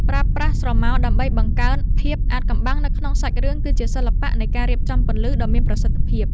ប្រើប្រាស់ស្រមោលដើម្បីបង្កើនភាពអាថ៌កំបាំងនៅក្នុងសាច់រឿងគឺជាសិល្បៈនៃការរៀបចំពន្លឺដ៏មានប្រសិទ្ធភាព។